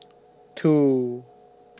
two